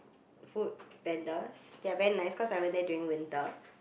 food vendors they're very nice cause I went there during winter